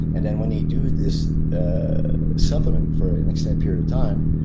and then when they do this supplement for an extended period of time,